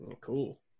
Cool